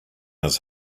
his